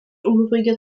unruhige